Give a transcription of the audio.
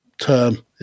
term